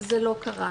זה לא קרה.